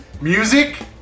Music